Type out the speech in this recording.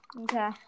Okay